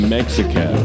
Mexico